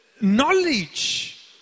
Knowledge